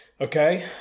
okay